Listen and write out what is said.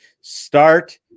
start